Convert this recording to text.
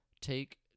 take